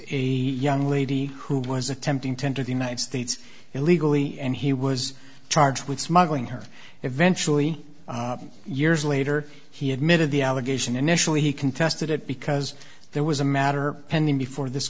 a young lady who was attempting to enter the united states illegally and he was charged with smuggling her eventually years later he admitted the allegation initially he contested it because there was a matter pending before this